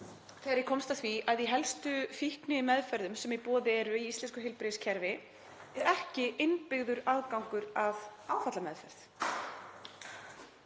þegar ég komst að því að í helstu fíknimeðferðum sem í boði eru í íslensku heilbrigðiskerfi er ekki innbyggður aðgangur að áfallameðferð.